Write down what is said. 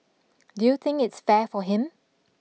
do you think it's fair for him